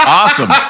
awesome